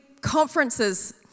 conferences